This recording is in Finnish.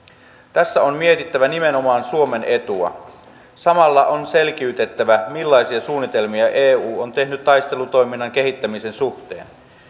tässä on mietittävä nimenomaan suomen etua samalla on selkiytettävä millaisia suunnitelmia eu on tehnyt taistelutoiminnan kehittämisen suhteen